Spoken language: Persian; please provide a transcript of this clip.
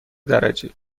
درجه